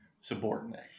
subordinate